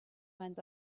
finds